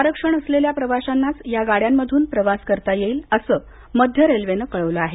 आरक्षण असलेल्या प्रवाशांनाच या गाड्यामधून प्रवास करता येईल असं मध्य रेल्वेनं कळवलं आहे